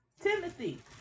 Timothy